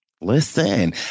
Listen